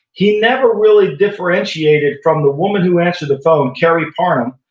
he never really differentiated from the woman who answered the phone, kerry parnham,